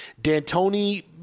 D'Antoni